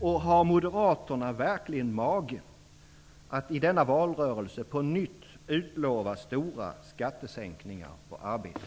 Och har Moderaterna verkligen mage att i denna valrörelse på nytt utlova stora skattesänkningar på arbete?